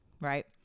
right